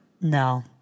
No